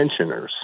tensioners